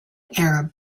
arab